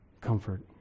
comfort